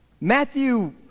Matthew